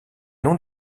noms